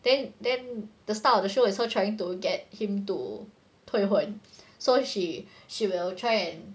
then then the start of the show is so trying to get him to 退婚 so she she will try and